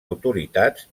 autoritats